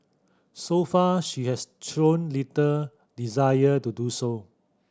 so far she has shown little desire to do so